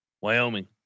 Wyoming